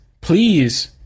please